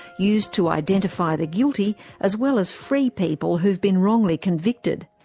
used to identify the guilty as well as free people who have been wrongly convicted.